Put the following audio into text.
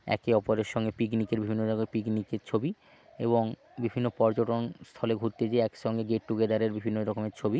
একে অপরের সঙ্গে পিকনিকের বিভিন্ন রকম পিকনিকের ছবি এবং বিভিন্ন পর্যটনস্থলে ঘুরতে যেয়ে একসঙ্গে গেট টুগেদারের বিভিন্ন রকমের ছবি